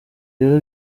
rero